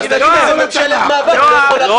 כל הדינים, כל הדינים.